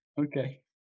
Okay